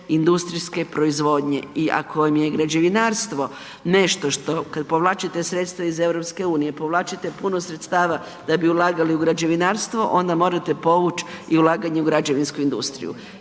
industrijske proizvodnje i ako vam je građevinarstvo nešto što kada povlačite sredstva iz EU, povlačite puno sredstava da bi ulagali u građevinarstvo onda morate povuć i ulaganje u građevinsku industriju.